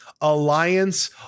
Alliance